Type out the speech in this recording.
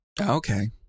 Okay